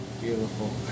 beautiful